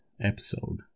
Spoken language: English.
episode